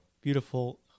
beautiful